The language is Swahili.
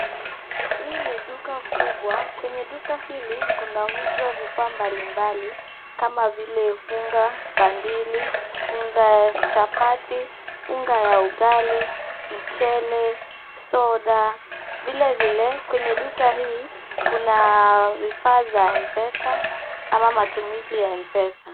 Hii ni duka kubwa. Kwenye duka hili kunauzwa vifaa mbalimbali kama vile unga, bandili, unga ya chapati, unga ya ugali, mchele, soda. Vilevile kwenye duka hii kuna vifaa za mpesa ama matumizi ya mpesa.